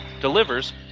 delivers